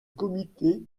comité